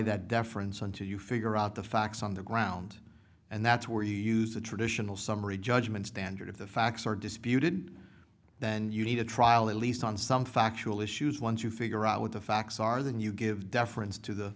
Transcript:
that deference until you figure out the facts on the ground and that's where you use the traditional summary judgment standard of the facts are disputed then you need a trial at least on some factual issues once you figure out what the facts are then you give deference to the